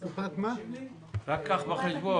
היה חשש